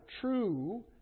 true